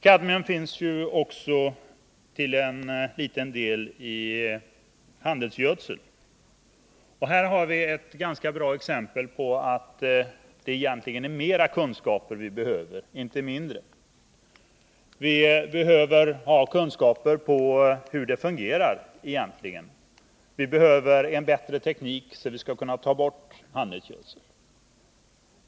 Kadmium finns ju också till en liten del i handelsgödsel, och här har vi ett ganska bra exempel på att det är mera kunskap vi behöver, inte mindre. Vi behöver ha kunskaper om hur det egentligen fungerar. Vi behöver en bättre teknik så att vi kan ta bort det kadmium som finns i handelsgödsel.